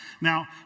Now